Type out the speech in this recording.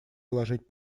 заложить